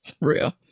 Real